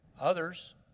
Others